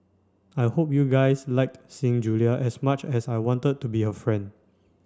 I hope you guys liked seeing Julia as much as I wanted to be her friend